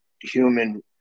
human